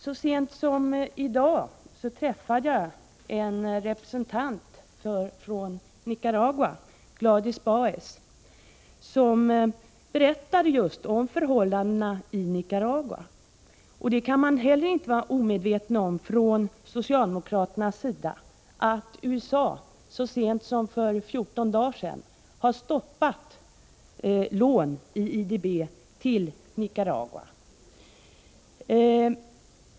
Så sent som i dag träffade jag en representant från Nicaragua, Gladis Baez, som berättade just om förhållandena i Nicaragua. Från socialdemokraternas sida kan man inte heller vara omedveten om att USA så sent som för 14 dagar sedan stoppade lån i IDB till Nicaragua.